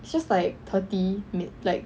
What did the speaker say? it's just like thirty mid like